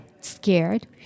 scared